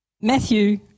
Matthew